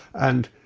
and